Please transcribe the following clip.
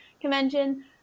convention